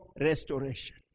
restoration